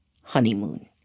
Honeymoon